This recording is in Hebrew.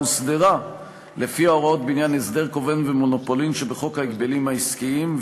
הוסדרה לפי ההוראות בעניין הסדר כובל ומונופולין שבחוק ההגבלים העסקיים.